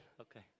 Okay